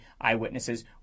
eyewitnesses